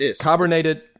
carbonated